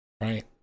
right